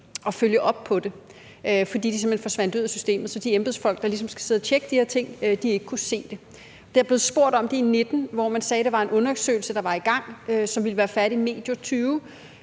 at følge op på det, fordi de domme simpelt hen forsvandt ud af systemet, så de embedsfolk, der ligesom skulle sidde og tjekke de her ting, ikke kunne se det. Der er blevet spurgt om det i 2019, hvor man sagde, at der var en undersøgelse i gang, og som ville være færdig medio 2020.